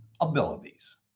Abilities